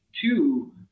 Two